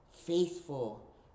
faithful